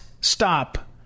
Stop